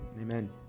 Amen